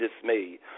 dismay